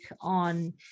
on